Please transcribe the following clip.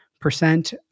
percent